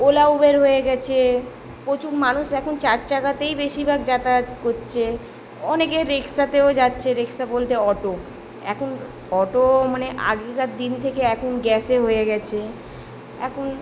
OLA Uber হয়ে গিয়েছে প্রচুর মানুষ এখন চারচাকাতেই বেশিরভাগ যাতায়াত করছে অনেকে রিক্সাতেও যাচ্ছে রিক্সা বলতে অটো এখন অটো মানে আগেকার দিন থেকে এখন গ্যাসে হয়ে গিয়েছে এখন